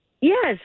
Yes